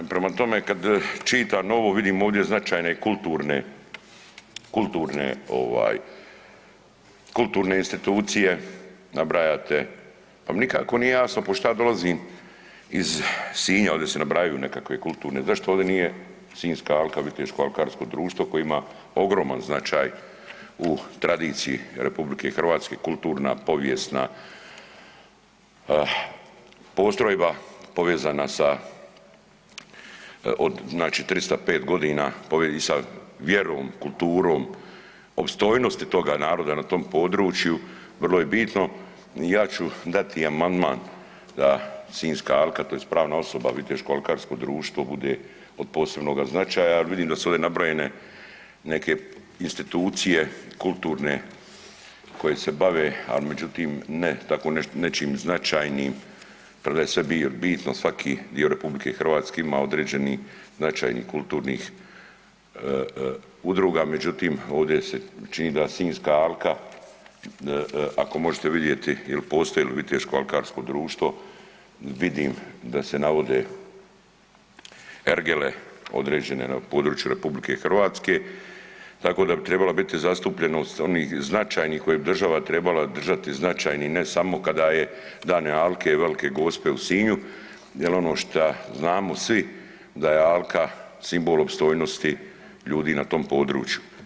Prema tome, kad čitam ovdje vidim ovdje značajne kulturne, kulturne ovaj kulturne institucije nabrajate, pa mi nikako nije jasno pošto ja dolazim iz Sinja, ovdje se nabrajaju nekakve kulturne zašto ovdje nije Sinjska alka, Viteško alkarsko društvo koje ima ogroman značaj u tradiciji RH, kulturna, povijesna postrojba povezana sa, od znači 305 godina i sa vjerom, kulturom, opstojnosti toga naroda na tom području vrlo je bitno i ja ću dati amandman da Sinjska alka, tj. pravna osoba Viteško alkarsko društvo bude od posebnoga značaja, al vidim da su ovdje nabrojene neke institucije kulturne ali međutim ne tako nečim značajnim tako da je sve bitno, svaki dio RH ima određenih značajnih kulturnih udruga, međutim ovdje se čini da Sinjska alka, ako možete vidjeti il postoji li Viteško alkarsko društvo, vidim da se navode ergele određene na području RH tako da bi trebala biti zastupljenost onih značajnih koje bi država trebala značajnim ne samo kada je dane alke i Velke Gospe u Sinju jel ono šta znamo svi da je alka simbol opstojnosti ljudi na tom području.